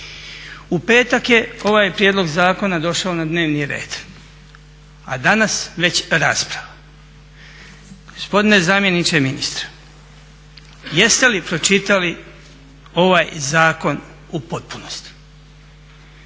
U petak je ovaj prijedlog zakona došao na dnevni red, a danas već rasprava. Gospodine zamjeniče ministra, jeste li pročitali ovaj zakon u potpunosti?